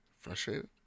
frustrated